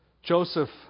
Joseph